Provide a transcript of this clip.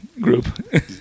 group